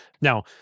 Now